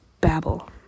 babble